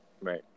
Right